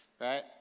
right